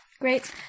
great